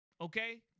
Okay